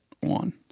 one